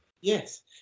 Yes